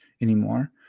anymore